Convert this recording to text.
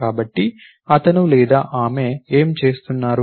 కాబట్టి అతను లేదా ఆమె ఏమి చేస్తున్నారు